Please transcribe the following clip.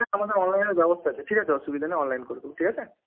হ্যাঁ আমাদের অনলাইনের ব্যবস্থা আছে ঠিক আছে অসুবিধা নেই অনলাইন করে দেবো ঠিক আছে